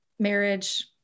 marriage